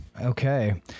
Okay